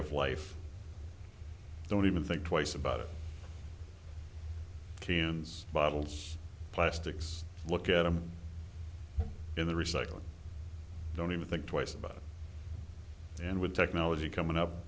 of life don't even think twice about it kenyans bottles plastics look at them in the recycling don't even think twice about it and with technology coming up